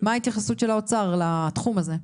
ההתייחסות של האוצר לתחום הזה?